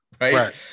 Right